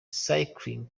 cycling